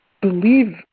believe